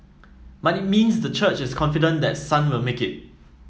but it means the church is confident that Sun will make it